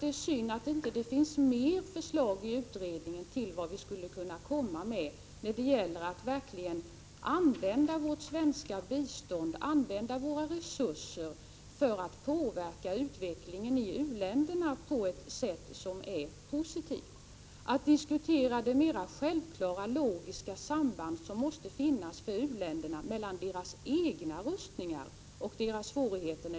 Det är synd att det inte finns fler förslag i utredningen om vad vi skall komma med när det gäller att verkligen använda det svenska biståndet för att påverka utvecklingen i u-länderna på ett positivt sätt, och inte mer av diskussion vad gäller det självklara och logiska samband som måste finnas i u-länderna mellan deras egna rustningar och utvecklingssvårigheter.